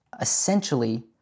essentially